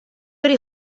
hori